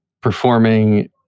performing